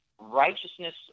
righteousness